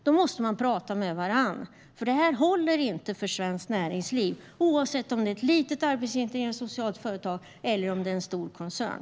Då måste man prata med varandra. Det här håller inte för svenskt näringsliv, oavsett om det är ett litet arbetsintegrerande socialt företag eller en stor koncern.